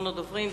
אחרון הדוברים.